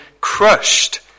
crushed